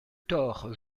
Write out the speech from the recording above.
tore